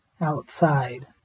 outside